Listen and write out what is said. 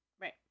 Right